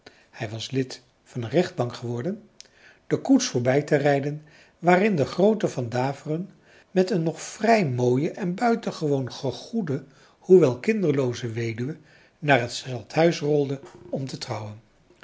hij was lid van een rechtbank geworden de koets voorbij te rijden waarin de groote van daveren met een nog vrij mooie en buitengewoon gegoede hoewel kinderlooze weduwe naar het stadhuis rolde om te trouwen